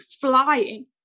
flying